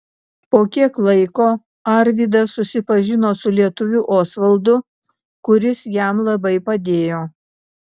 po kiek laiko arvydas susipažino su lietuviu osvaldu kuris jam labai padėjo